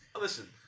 Listen